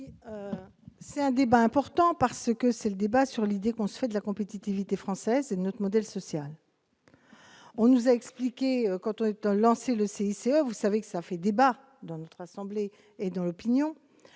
C'est un débat important parce que c'est le débat sur l'idée qu'on se fait la compétitivité française, c'est notre modèle social, on nous a expliqué quand on est au lancer le CICR, vous savez ça fait débat dans notre assemblée et dans l'opinion